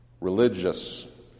Religious